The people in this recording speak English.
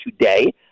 today